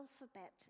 alphabet